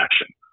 action